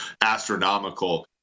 astronomical